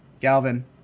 Galvin